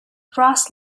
brass